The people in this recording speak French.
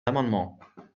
amendements